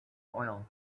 oil